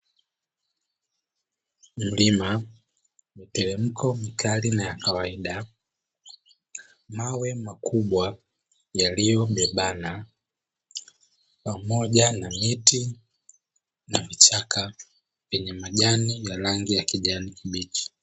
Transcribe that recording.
Mlima mteremko mkali na wa kawaida, mawe makubwa yaliyobebana, pamoja miti na vichaka vyenye majani ya rangi ya kijani kibichi.